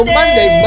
Monday